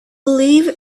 believe